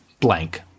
blank